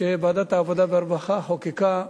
שוועדת העבודה והרווחה חוקקה,